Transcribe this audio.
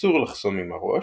אסור לחסום עם הראש,